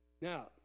now